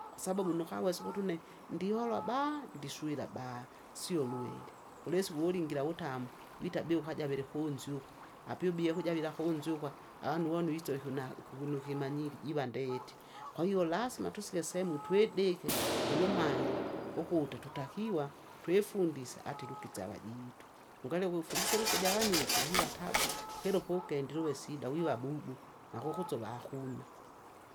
Kwasababu nukawesa ukuti une, ndiholwa baa! ndiswila baa! sio ulweli, kulisi wulingira wutamu, vita bia ukaja vilikunzi uko. Apyubie kujavila kunzi ukwa, avanu voni visove visove ukunagu ukukunukimanyiri jiva ndet, kwahiyo lasima tusike seheumu twidike, tulumamnye, ukuti tutakiwa twifundise ati iluga isyavajitu. Ungale gweufundise iluga javanino pojiva tabu, kilu ukendile uwe sida wiwa bubu, nakukusova hakuna.